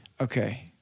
Okay